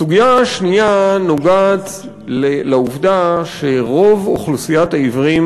סוגיה שנייה נוגעת לעובדה שרוב אוכלוסיית העיוורים